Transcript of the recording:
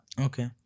okay